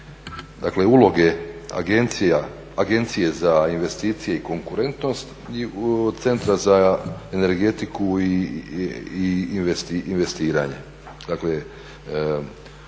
uloge Agencije za investicije i konkurentnost i Centra za energetiku i investiranje,